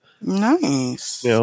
Nice